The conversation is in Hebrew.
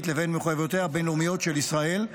לבין מחויבויותיה הבין-לאומיות של ישראל,